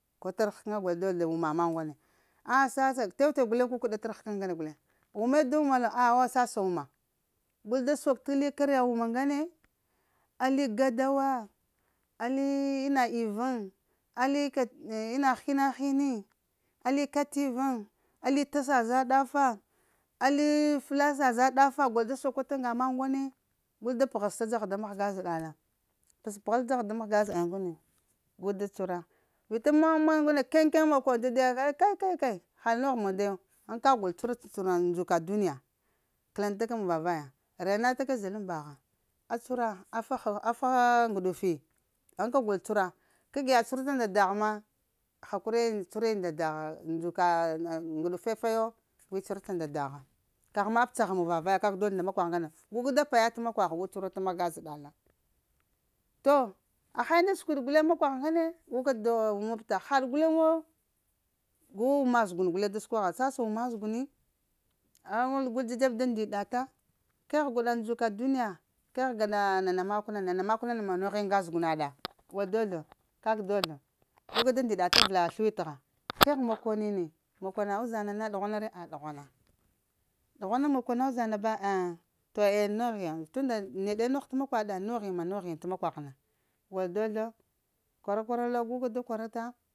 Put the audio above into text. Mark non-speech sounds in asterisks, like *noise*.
Ko tər həkəna gol dozlo wuma maku nganan ̇? Sasa tew tew guleŋ kukəɗa tər həkəna ŋgana guleŋ, wuma da wuma lo ah sasa wuma, gul da sok ali karya wuma ŋgane, ali gadawa ali ina ivuŋ, ali ina hina hini, ali kativuŋ, ali tasa za ɗafa, ali flasa za ɗafa gol da sakwata ŋ ŋga makw ŋgane. Gul da pəhesta dzaha da mahga zeɗala, pəspəhal dzaha da mahga zədal ŋgane kən kəŋa makən ta diya a kai̱kai ha mon mande, wo? Ka gol cuhura ndzuka duniya kələn taka muŋ-va-vaya, rena taka zəɗa lay mbagha, a cuhura a fa ŋguɗifi? Ghan ka gol cuhura, kag yaɗ cuhurata nda dah ma, hakuriye cuhuri nda dagha ndzukaa ŋ ŋguɗufe fayo, gui cuhurata nda dagha kagh ma ab caha muŋ va-vaya kak dozl nda ma kwagh ŋgane gu ka paya t'makwagha gu cuhurata mahga zəɗala, to? Ha unda siɗ gulan kakung nahan guka da wumabta, haɗ guleŋ wo gu wuma zəgun guleŋ da səkwagha sasa wuma zəguni a wal gul da dzeb da ndiɗata kegh gwaɗa ndzuka duniya, kegh gwaɗa nana makw na nana makw makw ne ma noghi ŋga zuguna ɗa gol dozlo kaga gol dozlo gu *noise* ka da *noise* ndiɗata aⱱəla sləwi təgha *noise* kegh mako nini, makona uzaŋ na na ɗughwana re, ah ɗughwana, ɗughwana makona uʒaŋ na ba eh, to aya noghi yo tun da neɗe nogh t’makwaɗa, noghi ma noghi t'makwagh na gol dozlo kwara-kwara lo gul da kwarata.